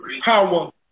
power